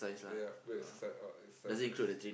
ya go and site out exercises